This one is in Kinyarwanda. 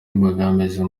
imbogamizi